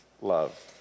love